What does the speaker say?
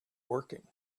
working